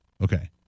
Okay